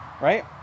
right